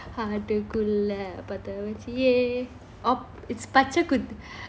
heart குள்ள பாத வெச்சியே :kulla patha vechiyae it's பச்சை குத்து :pacha kuthu